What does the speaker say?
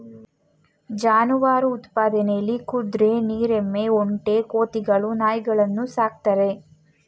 ಜಾನುವಾರು ಉತ್ಪಾದನೆಲಿ ಕುದ್ರೆ ನೀರ್ ಎಮ್ಮೆ ಒಂಟೆ ಕೋತಿಗಳು ನಾಯಿಗಳನ್ನು ಸಾಕ್ತಾರೆ